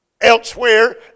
elsewhere